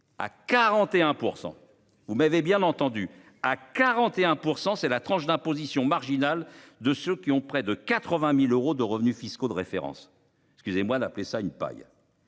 à 41% vous m'avez bien entendu à 41% c'est la tranche d'imposition marginale de ceux qui ont près de 80.000 euros de revenus fiscaux de référence. Excusez-moi d'appeler ça une paille.